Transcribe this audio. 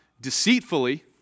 deceitfully